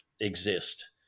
exist